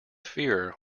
fear